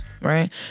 right